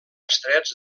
estrets